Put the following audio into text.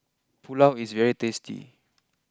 Pulao is very tasty